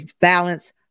balance